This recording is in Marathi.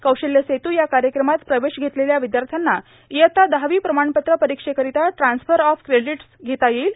कौशल्य सेत या कार्यक्रमात प्रवेश घेतलेल्या विद्यार्थ्याना इयत्ता दहावी प्रमाणपत्र परीक्षेकरिता ट्रान्सफर ऑफ क्रेडिटस घेता येईल